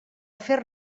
fer